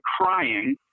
crying